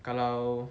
kalau